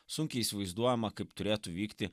sunkiai įsivaizduojama kaip turėtų vykti